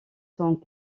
sont